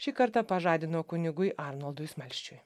šį kartą pažadino kunigui arnoldui smalsčiui